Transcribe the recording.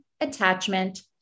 attachment